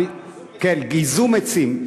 גיזום עצים.